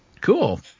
cool